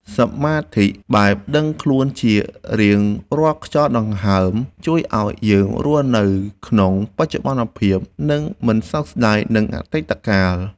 សមាធិបែបដឹងខ្លួនជារៀងរាល់ខ្យល់ដង្ហើមជួយឱ្យយើងរស់នៅក្នុងបច្ចុប្បន្នភាព និង មិនសោកស្តាយនឹងអតីតកាល។